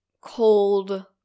cold